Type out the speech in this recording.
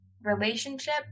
relationship